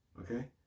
Okay